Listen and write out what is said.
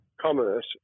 commerce